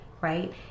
Right